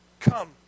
Come